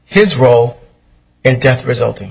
his role in death resulting